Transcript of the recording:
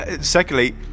secondly